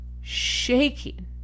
shaking